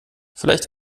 vielleicht